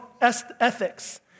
ethics